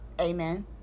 Amen